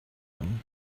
them